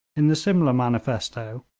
in the simla manifesto,